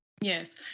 Yes